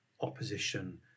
opposition